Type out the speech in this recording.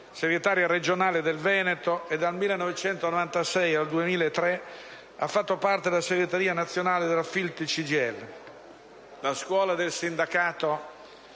segretaria regionale del Veneto; dal 1996 al 2003, ha fatto parte della segreteria nazionale della FILT-CGIL. La scuola del sindacato